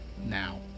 Now